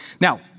Now